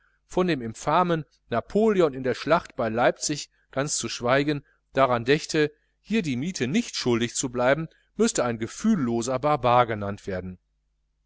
von dem infamen napoleon in der schlacht bei leipzig ganz zu schweigen daran dächte hier die miete nicht schuldig zu bleiben müßte ein gefühlloser barbar genannt werden